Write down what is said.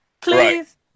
Please